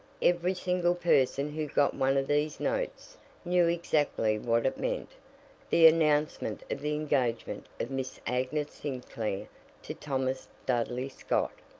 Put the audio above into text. every single person who got one of these notes knew exactly what it meant the announcement of the engagement of miss agnes sinclair to thomas dudley scott.